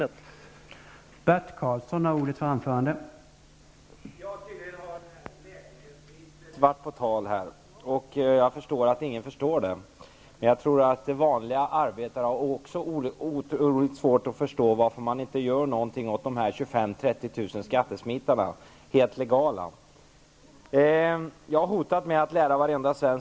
Bert Karlsson är här nu, och han kanske kan begära ordet och berätta om sina bostadsregister.